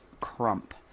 Crump